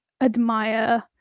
admire